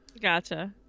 gotcha